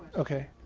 okay.